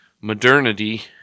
modernity